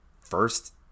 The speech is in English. first